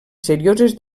serioses